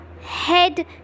head